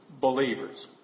believers